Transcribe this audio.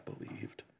believed